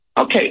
Okay